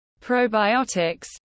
probiotics